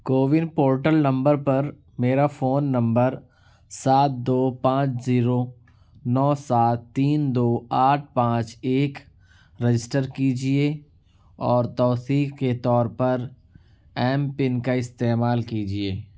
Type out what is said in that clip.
CoWIN portal number پر میرا phone number سات دو پانچ زیرو نو سات تین دو آٹھ پانچ ایک رجسٹر کیجیے اور توثیق کے طور پر ایم پن کا استعمال کیجیے